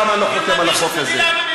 על מה אתה מדבר?